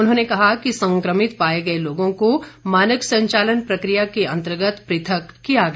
उन्होंने कहा कि संक्रमित पाए गए लोगों को मानक संचालन प्रक्रिया के अंतर्गत प्रथक किया गया